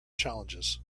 challenges